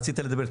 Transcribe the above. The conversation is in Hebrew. רצית לדבר.